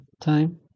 time